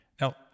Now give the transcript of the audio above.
Now